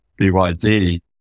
BYD